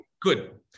good